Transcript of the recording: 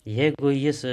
jeigu jis